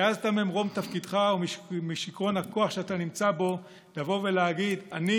העזת ממרום תפקידך ומשיכרון הכוח שאתה נמצא בו לבוא ולהגיד: אני